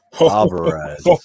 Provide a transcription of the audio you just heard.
Alvarez